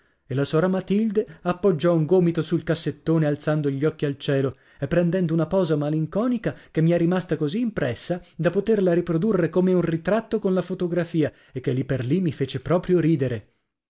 e la sora matilde appoggiò un gomito sul cassettone alzando gli occhi al cielo e prendendo una posa malinconica che mi è rimasta così impressa da poterla riprodurre come un ritratto con la fotografia e che lì per lì mi fece proprio ridere